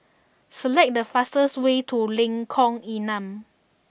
select the fastest way to Lengkong Enam